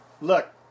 look